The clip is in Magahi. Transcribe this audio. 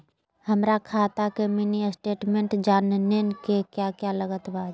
हमरा खाता के मिनी स्टेटमेंट जानने के क्या क्या लागत बा?